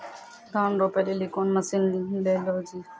धान रोपे लिली कौन मसीन ले लो जी?